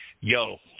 yo –